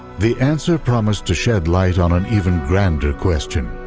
the answer promised to shed light on an even grander question.